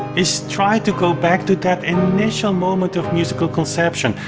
is try to go back to that initial moment of musical conception.